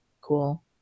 cool